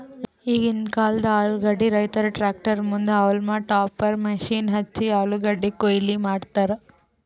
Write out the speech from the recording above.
ಈಗಿಂದ್ ಕಾಲ್ದ ಆಲೂಗಡ್ಡಿ ರೈತುರ್ ಟ್ರ್ಯಾಕ್ಟರ್ ಮುಂದ್ ಹೌಲ್ಮ್ ಟಾಪರ್ ಮಷೀನ್ ಹಚ್ಚಿ ಆಲೂಗಡ್ಡಿ ಕೊಯ್ಲಿ ಮಾಡ್ತರ್